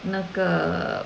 那个